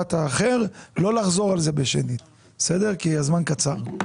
ושאיפת האחר, לא לחזור על זה בשנית כי הזמן קצר.